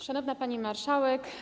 Szanowna Pani Marszałek!